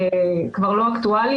חברת כנסת חשובה ביותר בליכוד,